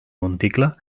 monticle